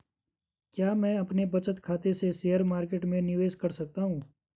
क्या मैं अपने बचत खाते से शेयर मार्केट में निवेश कर सकता हूँ?